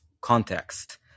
context